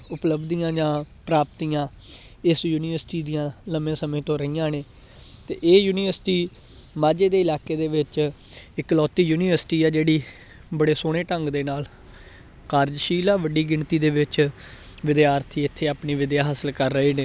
ਉਪਲੱਬਧੀਆਂ ਜਾਂ ਪ੍ਰਾਪਤੀਆਂ ਇਸ ਯੂਨੀਵਰਸਿਟੀ ਦੀਆਂ ਲੰਬੇ ਸਮੇਂ ਤੋਂ ਰਹੀਆਂ ਨੇ ਅਤੇ ਇਹ ਯੂਨੀਵਰਸਿਟੀ ਮਾਝੇ ਦੇ ਇਲਾਕੇ ਦੇ ਵਿੱਚ ਇਕਲੌਤੀ ਯੂਨੀਵਰਸਿਟੀ ਆ ਜਿਹੜੀ ਬੜੇ ਸੋਹਣੇ ਢੰਗ ਦੇ ਨਾਲ ਕਾਰਜਸ਼ੀਲ ਆ ਵੱਡੀ ਗਿਣਤੀ ਦੇ ਵਿੱਚ ਵਿਦਿਆਰਥੀ ਇੱਥੇ ਆਪਣੀ ਵਿੱਦਿਆ ਹਾਸਿਲ ਕਰ ਰਹੇ ਨੇ